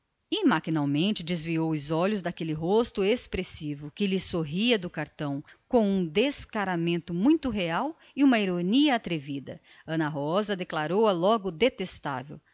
e maquinalmente desviou os olhos daquele rosto expressivo que lhe sorria do cartão com um descaramento muito real e uma ironia atrevida declarou-a logo detestável